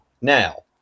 Now